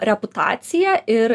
reputacija ir